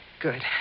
Good